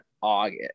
August